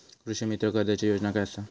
कृषीमित्र कर्जाची योजना काय असा?